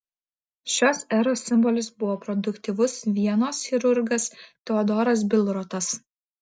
šios eros simbolis buvo produktyvus vienos chirurgas teodoras bilrotas